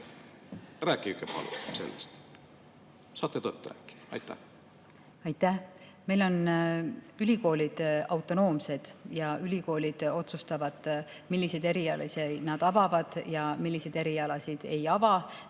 Rääkige palun sellest. Saate tõtt rääkida. Aitäh! Meil on ülikoolid autonoomsed ja ülikoolid otsustavad, milliseid erialasid nad avavad ja milliseid erialasid ei ava.